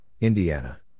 Indiana